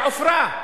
בעופרה,